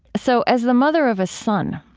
so as the mother of a son,